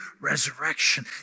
resurrection